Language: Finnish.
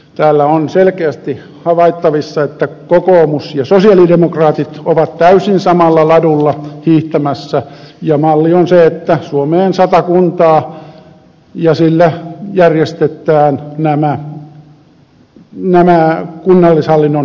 täällä on selkeästi havaittavissa että kokoomus ja sosiaalidemokraatit ovat täysin samalla ladulla hiihtämässä ja malli on se että suomeen sata kuntaa ja sillä järjestetään nämä kunnallishallinnon ongelmat